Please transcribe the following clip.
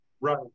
Right